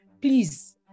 please